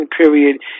Period